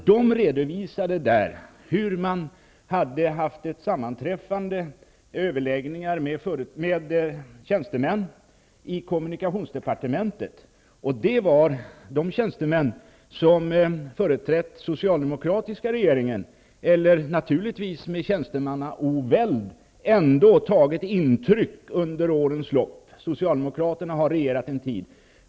Där redovisades hur man hade haft överläggningar med tjänstemän i kommunikationsdepartementet. Det var tjänstemän som arbetat där under den socialdemokratiska regeringen, naturligtvis med tjänstemannaoväld. De hade ändå tagit intryck under årens lopp -- socialdemokraterna har regerat en tid.